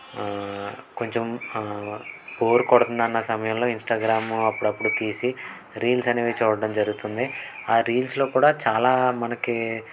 కొంచెం బోర్ కొడుతుందన్నా సమయంలో ఇన్స్టాగ్రామ్ అప్పుడప్పుడు తీసి రీల్స్ అనేవి చూడడం జరుగుతుంది ఆ రీల్స్లో కూడా చాలా మనకి